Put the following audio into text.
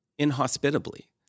inhospitably